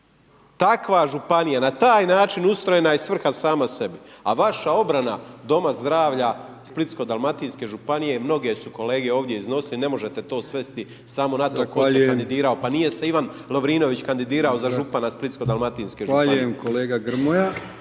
Takva županija na taj način ustrojena je svrha sama sebi, a vaša obrana doma zdravlja Splitsko-dalmatinske županije mnoge kolege su ovdje iznosili ne možete to svesti samo na to tko se kandidirao. Pa nije se Ivan Lovrinović kandidirao za župana Splitsko-dalmatinske županije. **Brkić, Milijan